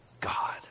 God